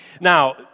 Now